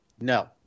No